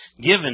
given